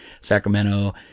Sacramento